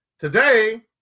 Today